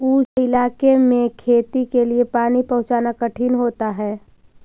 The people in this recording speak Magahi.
ऊँचे इलाके में खेती के लिए पानी पहुँचाना कठिन होता है